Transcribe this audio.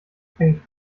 abhängig